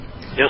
Yes